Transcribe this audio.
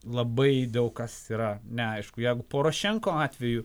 labai daug kas yra neaišku jeigu porošenko atveju